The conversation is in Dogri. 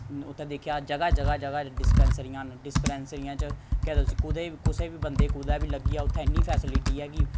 उत्थै दिक्खेआ जगह जगह जगह च डिस्पेंसरियां न डिस्पेंसरियां च केह् आखदे उसी कुतै बी कुसै बी बंदे कुतै बी लग्गी जा उत्थै इ'न्नी फैसिलिटी ऐ कि